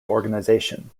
organisation